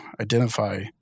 identify